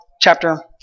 chapter